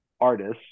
artists